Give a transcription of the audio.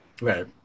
Right